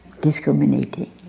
discriminating